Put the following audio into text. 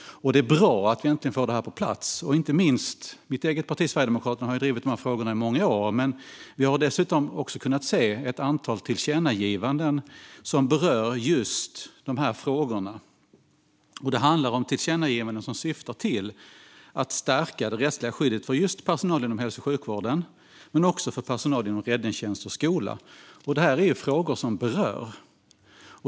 Det är bra att vi äntligen får detta på plats. Inte minst mitt eget parti, Sverigedemokraterna, har drivit dessa frågor i många år. Vi har dessutom kunnat se ett antal tillkännagivanden som berör just dessa frågor. Det handlar om tillkännagivanden som syftar till att stärka det rättsliga skyddet för just personal inom hälso och sjukvården men också för personal inom räddningstjänst och skola. Detta är frågor som berör.